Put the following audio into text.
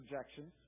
objections